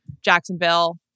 Jacksonville